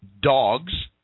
dogs